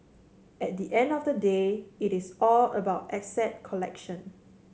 at the end of the day it is all about asset allocation